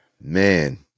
Man